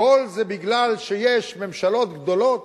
הכול מפני שיש ממשלות גדולות,